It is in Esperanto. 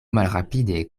malrapide